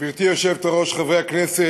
גברתי היושבת-ראש, חברי הכנסת,